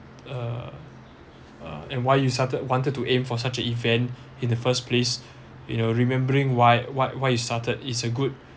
uh uh and why you started wanted to aim for such a event in the first place you know remembering why why why you started is a good